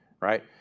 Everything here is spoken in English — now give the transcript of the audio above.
right